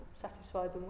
satisfied